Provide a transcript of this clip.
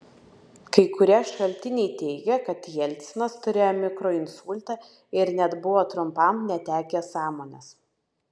kai kurie šaltiniai teigia kad jelcinas turėjo mikroinsultą ir net buvo trumpam netekęs sąmonės